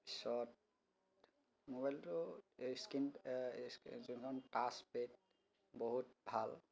পিছত মোবাইলটো স্ক্ৰীণ স্ক্ৰীণখন টাচ্চ পেড বহুত ভাল